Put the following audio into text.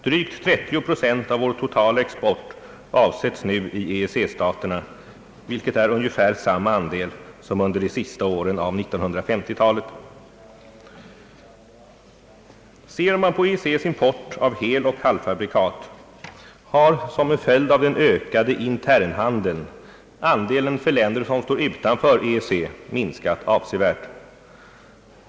Drygt 309 procent av vår totala export avsätts nu i EEC-staterna vilket är ungefär samma andel som under de sista åren av 1950-talet. Ser man på EEC:s import av heloch halvfabrikat har, som en följd av den ökade internhandeln, andelen för länder som står utanför EEC minskat avsevärt.